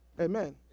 Amen